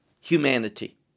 humanity